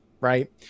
right